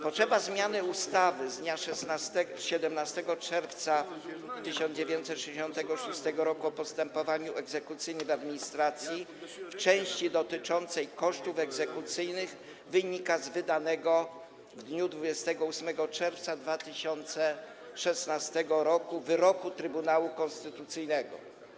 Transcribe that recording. Potrzeba zmiany ustawy z dnia 17 czerwca 1966 r. o postępowaniu egzekucyjnym w administracji w części dotyczącej kosztów egzekucyjnych wynika z wydanego w dniu 28 czerwca 2016 r. wyroku Trybunału Konstytucyjnego.